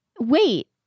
wait